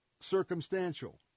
circumstantial